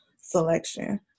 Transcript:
selection